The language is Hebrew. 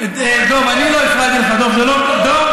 דב, אני לא הפרעתי לך, דב.